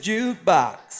Jukebox